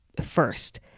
First